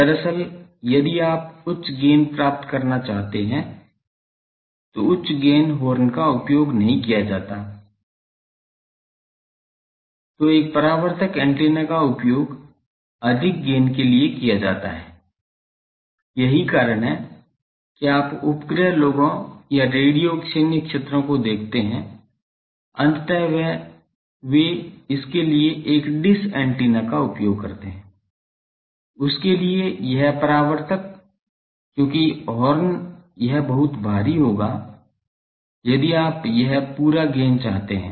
दरअसल यदि आप उच्च गेन प्राप्त करना चाहते हैं तो उच्च गेन हॉर्न का उपयोग नहीं किया जाता है तो एक परावर्तक एंटीना का उपयोग अधिक गेन के लिए किया जाता है यही कारण है कि आप उपग्रह लोगों या रेडियो सैन्य लोगों को देखते हैं अंततः वे इसके लिए एक डिश एंटीना का उपयोग करते हैं उसके लिए यह परावर्तक क्योंकि हॉर्न यह बहुत भारी होगा यदि आप यह पूरा गेन चाहते हैं